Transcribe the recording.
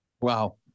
Wow